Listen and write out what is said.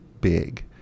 big